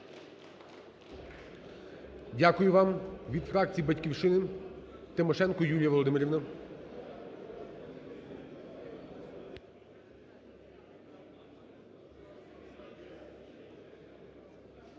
Дякую вам. Від фракції "Батьківщина" Тимошенко Юлія Володимирівна.